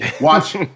Watch